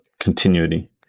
continuity